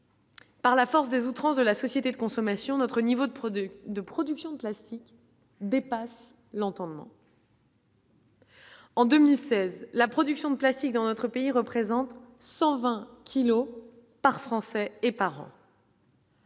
Par la force des outrances de la société de consommation, notre niveau de production de production de plastique dépasse l'entendement. En 2016, la production de plastique dans notre pays représente 120 kilos par Français et par an.